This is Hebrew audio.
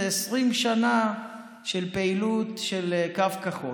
זה 20 שנה של פעילות של קו כחול.